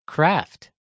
Craft